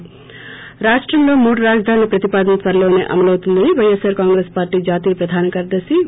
థి రాష్టంలో మూడు రాజధానుల ప్రతిపాదన త్వరలోసే అమలవుతుందని వైఎస్సార్ కాంగ్రెస్ పార్టీ జాతీయ ప్రధాన కార్యదర్ని వి